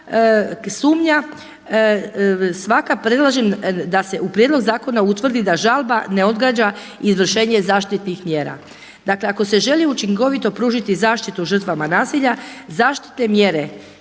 u prijedlog zakona utvrdi da žalba ne odgađa izvršenje zaštitnih mjera. Dakle, ako se želi učinkovito pružiti zaštitu žrtvama nasilja zaštitne mjere